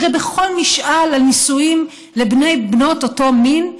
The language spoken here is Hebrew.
הרי בכל משאל על נישואים לבני/בנות אותו מין,